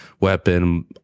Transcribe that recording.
weapon